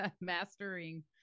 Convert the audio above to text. Mastering